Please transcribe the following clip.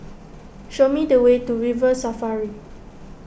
show me the way to River Safari